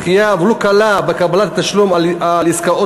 דחייה ולו קלה בקבלת התשלום על עסקאות